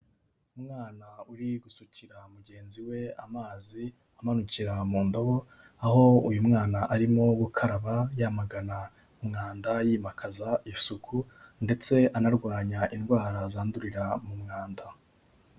Umwana uri gusukira mugenzi we amazi amanukira mu ndobo, aho uyu mwana arimo gukaraba yamagana umwanda yimakaza isuku ndetse anarwanya indwara zandurira mu mwanda.